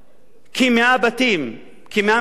כ-100 בתים, כ-100 משפחות.